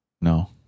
no